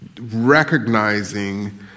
recognizing